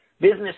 business